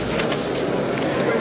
Hvala vam